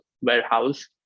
warehouse